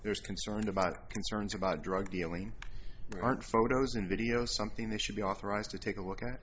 there is concerned about concerns about drug dealing aren't photos and video something that should be authorized to take a look at